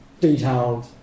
detailed